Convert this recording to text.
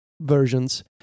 versions